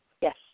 Yes